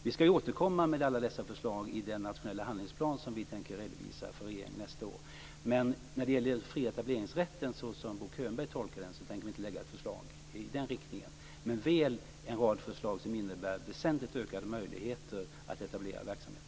Vi skall återkomma med alla dessa förslag i den nationella handlingsplan som vi tänker redovisa nästa år. När det gäller den fria etableringsrätten, såsom Bo Könberg tolkar den, tänker vi inte lägga ett förslag i den riktningen men väl en rad förslag som innebär väsentligt ökade möjligheter att etablera verksamhet.